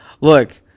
look